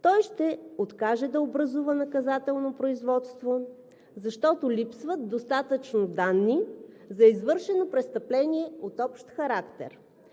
той ще откаже да образува наказателно производство, защото липсват достатъчно данни за извършено престъпление от общ характер.